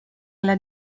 alla